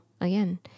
again